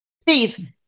Steve